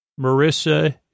Marissa